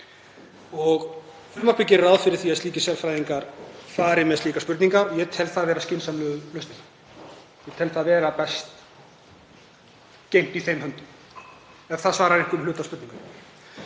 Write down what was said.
Frumvarpið gerir ráð fyrir því að slíkir sérfræðingar fari með slíkar spurningar og ég tel það vera skynsamlegu lausnina. Ég tel slíkt vera best geymt í þeim höndum ef það svarar einhverjum hluta af spurningu hv.